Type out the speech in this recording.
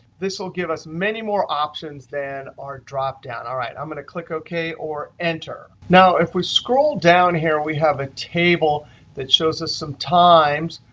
this will give us many more options than our dropdown. all right, i'm going to click ok or enter. now, if we scroll down here, we have a table that shows us some times,